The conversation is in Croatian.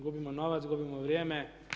Gubimo novac, gubimo vrijeme.